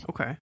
Okay